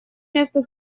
места